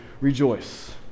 rejoice